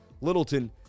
Littleton